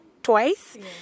twice